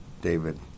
David